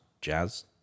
jazz